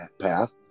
path